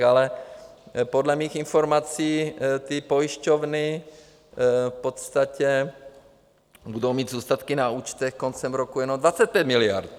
Ale podle mých informací ty pojišťovny v podstatě budou mít zůstatky na účtech koncem roku jenom 25 miliard.